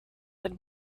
had